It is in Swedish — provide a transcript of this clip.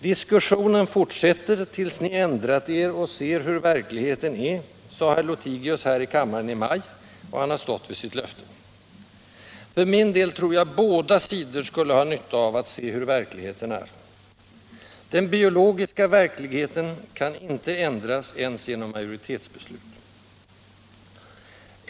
”Diskussionen fortsätter tills ni ändrat er och ser hur verkligheten är”, sade herr Lothigius här i kammaren i maj, och han har stått vid sitt löfte. För min del tror jag båda sidor skulle ha nytta av att se hur verkligheten är. Den biologiska verkligheten kan inte ändras, ens genom majoritetsbeslut.